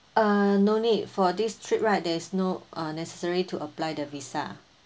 uh no need for this trip right there's no uh necessary to apply the visa